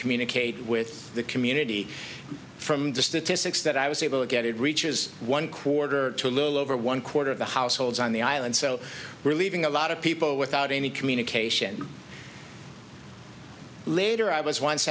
communicate with the community from distant to six that i was able to get it reaches one quarter to a little over one quarter of the households on the island so we're leaving a lot of people without any communication later i was once